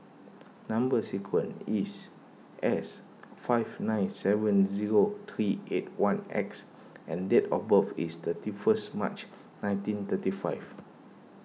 Number Sequence is S five nine seven zero three eight one X and date of birth is thirty first March nineteen thirty five